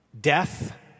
death